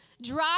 drive